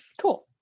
cool